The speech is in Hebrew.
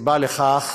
הסיבה לכך,